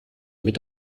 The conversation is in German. mit